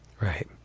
Right